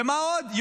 ומה עוד?